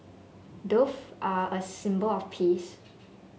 doves are a symbol of peace